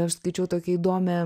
aš skaičiau tokią įdomią